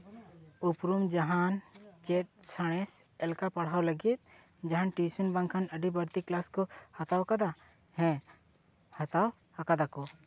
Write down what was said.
ᱩᱯᱨᱩᱢ ᱡᱟᱦᱟᱱ ᱪᱮᱫ ᱥᱟᱬᱮᱥ ᱮᱞᱠᱷᱟ ᱯᱟᱲᱦᱟᱣ ᱞᱟᱹᱜᱤᱫ ᱡᱟᱦᱟᱱ ᱴᱤᱭᱩᱥᱚᱱ ᱵᱟᱝᱠᱷᱟᱱ ᱟᱹᱰᱤ ᱵᱟᱹᱲᱛᱤ ᱠᱞᱟᱥ ᱠᱚ ᱦᱟᱛᱟᱣ ᱠᱟᱫᱟ ᱦᱮᱸ ᱦᱟᱛᱟᱣ ᱟᱠᱟᱫᱟ ᱠᱚ